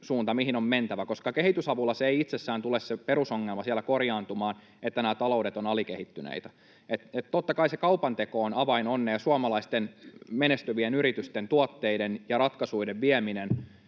mihin on mentävä, koska kehitysavulla ei itsessään tule siellä korjaantumaan se perusongelma, että nämä taloudet ovat alikehittyneitä. Totta kai avain onneen on se kaupanteko ja suomalaisten menestyvien yritysten, tuotteiden ja ratkaisuiden vieminen